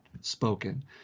spoken